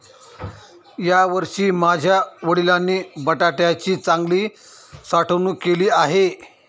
यावर्षी माझ्या वडिलांनी बटाट्याची चांगली साठवणूक केली आहे